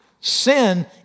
Sin